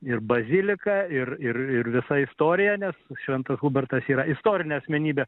ir bazilika ir ir ir visa istorija nes šventas hubertas yra istorinė asmenybė